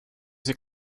sie